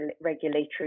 regulatory